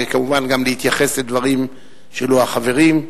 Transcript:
וכמובן גם להתייחס לדברים שהעלו החברים.